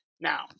Now